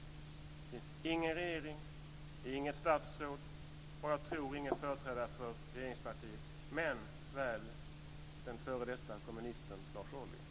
Det finns ingen regering, inget statsråd och, tror jag, ingen företrädare för regeringspartiet här, men väl den f.d. kommunisten Lars Ohly.